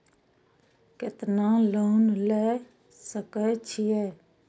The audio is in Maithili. केतना लोन ले सके छीये?